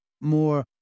more